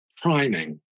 priming